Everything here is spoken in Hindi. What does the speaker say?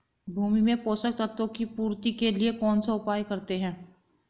भूमि में पोषक तत्वों की पूर्ति के लिए कौनसा उपाय करते हैं?